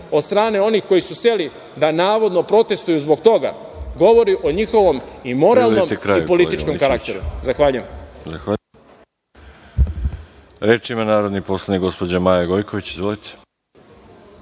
od strane onih koji su hteli da navodno protestuju zbog toga, govori o njihovom i moralnom i političkom karakteru. Zahvaljujem. **Veroljub Arsić** Reč ima narodni poslanik gospođa Maja Gojković. Izvolite.